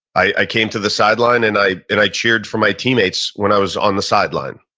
i came to the sideline and i and i cheered for my teammates when i was on the sideline,